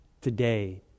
today